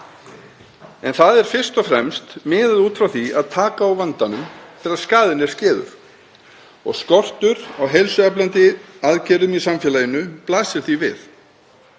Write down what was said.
en það er fyrst og fremst miðað út frá því að taka á vandanum þegar skaðinn er skeður og skortur á heilsueflandi aðgerðum í samfélaginu blasir því við.